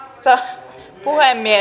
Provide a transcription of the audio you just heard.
rouva puhemies